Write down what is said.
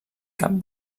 cap